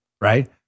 right